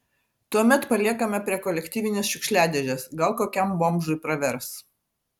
tuomet paliekame prie kolektyvinės šiukšliadėžės gal kokiam bomžui pravers